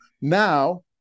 now